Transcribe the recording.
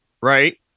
right